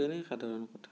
তেনেই সাধাৰণ কথা